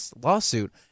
lawsuit